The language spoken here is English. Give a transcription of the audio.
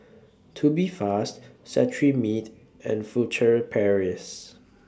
Tubifast Cetrimide and Furtere Paris